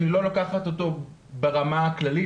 אם היא לא לוקחת אותו ברמה הכללית,